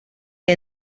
que